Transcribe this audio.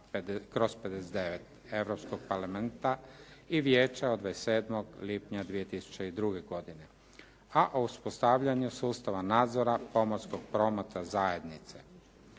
2002/59 Europskog parlamenta i Vijeća od 27. lipnja 2002. godine a o uspostavljanju sustava nadzora pomorskog prometa zajednice.